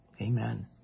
Amen